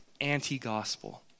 anti-gospel